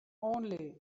only